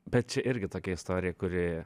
bet čia irgi tokia istorija kuri